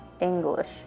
English